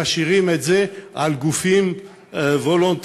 והם משאירים את זה לגופים וולונטריים,